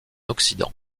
occident